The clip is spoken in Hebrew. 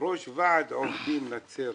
ראש ועד עובדים נצרת